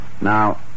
Now